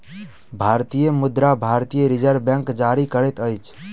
भारतीय मुद्रा भारतीय रिज़र्व बैंक जारी करैत अछि